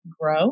grow